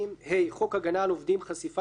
(ה) חוק הגנה על עובדים (חשיפת עבירות